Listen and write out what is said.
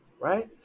right